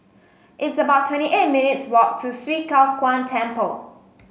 it's about twenty eight minutes' walk to Swee Kow Kuan Temple